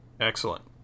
excellent